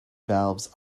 valves